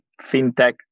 fintech